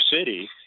city